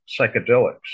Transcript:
psychedelics